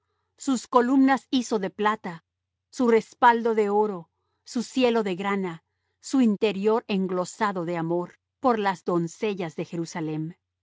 sus columnas hizo de plata su respaldo de oro su cielo de grana su interior enlosado de amor por las doncellas de jerusalem